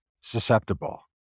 susceptible